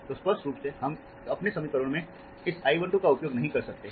तो स्पष्ट रूप से हम अपने समीकरणों में इस I 1 2 का उपयोग नहीं कर सकते हैं